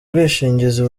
bwishingizi